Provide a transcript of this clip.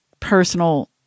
personal